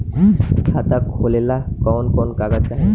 खाता खोलेला कवन कवन कागज चाहीं?